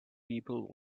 people